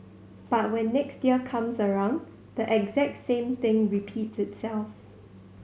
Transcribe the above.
but when next year comes around the exact same thing repeats itself